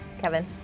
Kevin